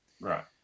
Right